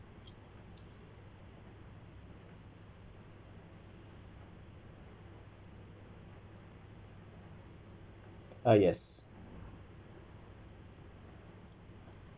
uh yes